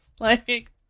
Like-